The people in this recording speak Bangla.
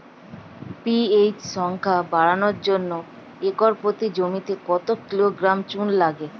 পি.এইচ সংখ্যা বাড়ানোর জন্য একর প্রতি জমিতে কত কিলোগ্রাম চুন লাগে?